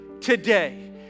today